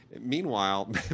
Meanwhile